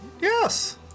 Yes